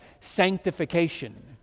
sanctification